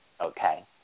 okay